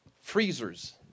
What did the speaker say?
freezers